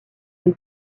les